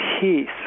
peace